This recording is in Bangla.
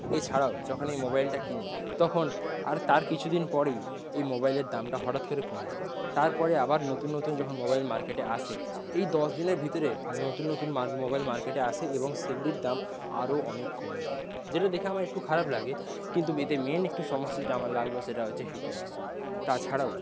এছাড়াও যখন আমি মোবাইলটা কিনি তখন আর তার কিছুদিন পরেই এই মোবাইলের দামটা হঠাৎ করে কমে যায় তারপরে আবার নতুন নতুন যখন মোবাইল মার্কেটে আসে এই দশ দিনের ভিতরে নতুন নতুন মাল মোবাইল মার্কেটে আসে এবং সেইগুলির দাম আরও অনেক কমে যায় যেটা দেখে আমার একটু খারাপ লাগে কিন্তু এতে মেইন একটি সমস্যা যেটা আমার লাগল সেটা হচ্ছে হিটিং ইস্যু তাছাড়াও